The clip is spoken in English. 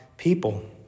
people